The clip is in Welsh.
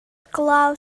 glaw